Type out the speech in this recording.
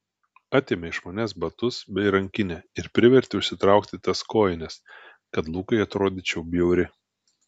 atėmė iš manęs batus bei rankinę ir privertė užsitraukti tas kojines kad lukui atrodyčiau bjauri